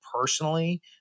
personally